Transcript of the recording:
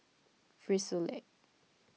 Frisolac